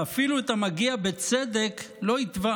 שאפילו את המגיע בצדק לא יתבע,